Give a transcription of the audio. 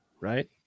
right